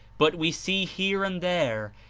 but we see here and there,